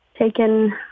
taken